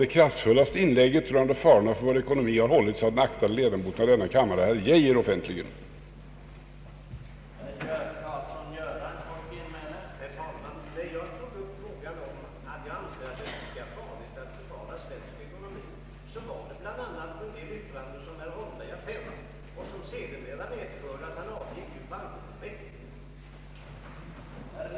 Det kraftfullaste inlägget om farorna för vår ekonomi har enligt min uppfattning gjorts av en aktad ledamot av denna kammare, herr Arne Geijer.